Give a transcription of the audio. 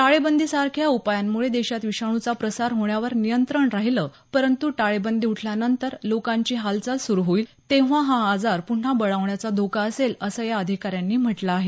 टाळेबंदीसारख्या उपायांमुळे देशात विषाणूचा प्रसार होण्यावर नियंत्रण राहिलं परंतू टाळेबंदी उठल्यानंतर लोकांची हालचाल सुरू होईल तेंव्हा हा आजार पुन्हा बळावण्याचा धोका असेल असं या अधिकाऱ्यांनी म्हटलं आहे